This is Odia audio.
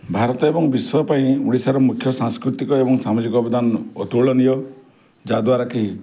ଭାରତ ଏବଂ ବିଶ୍ୱ ପାଇଁ ଓଡ଼ିଶାର ମୁଖ୍ୟ ସାଂସ୍କୃତିକ ଏବଂ ସାମାଜିକ ଅବଦାନ ଅତୁଳନୀୟ ଯା'ଦ୍ଵାରାକି